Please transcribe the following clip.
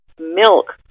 milk